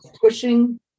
pushing